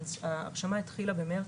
ההרשמה התחילה במרץ.